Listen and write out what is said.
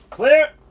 clear!